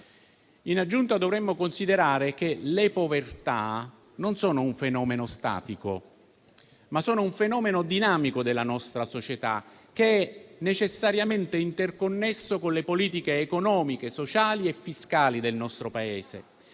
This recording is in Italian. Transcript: In aggiunta, dovremmo considerare che le povertà non sono un fenomeno statico, ma sono un fenomeno dinamico della nostra società, che è necessariamente interconnesso con le politiche economiche, sociali e fiscali del nostro Paese.